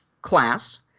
class